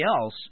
else